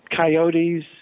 coyotes